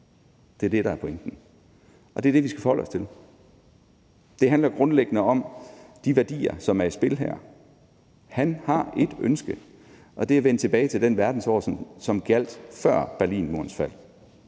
Det er det, der er pointen, og det er det, vi skal forholde os til. Det handler grundlæggende om de værdier, som er i spil her. Han har ét ønske, og det er at vende tilbage til den verdensorden, som gjaldt før Berlinmurens fald.